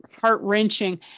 heart-wrenching